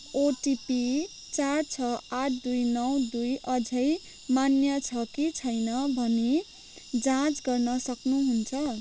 OTP चार छ आठ दुई नौ दुई अझै मान्य छ कि छैन भनी जाँच गर्न सक्नुहुन्छ